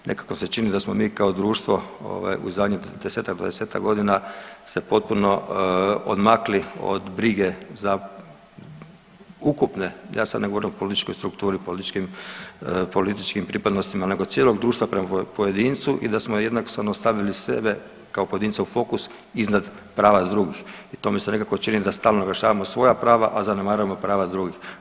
Nekako se čini da smo mi kao društvo u zadnjih 10-ak, 20-ak godina se potpuno odmakli od brige za ukupne, ja sada ne govorim o političkoj strukturi, političkim pripadnostima nego cijelog društva prema pojedincu i da smo jednostavno stavili sebe kao pojedinca u fokus iznad prava drugih i to mi se nekako čini da stalno naglašavamo svoja prava, a zanemarujemo prava drugih.